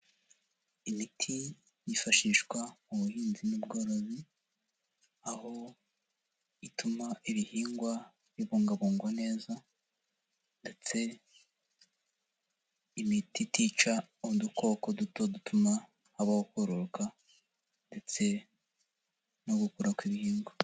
Imiti yifashishwa mu buhinzi n'ubworozi aho ituma ibihingwa bibungabungwa neza ndetse imiti itica udukoko duto dutuma habaho koroka ndetse no gukura kw'ibihingwa.